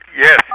Yes